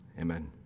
amen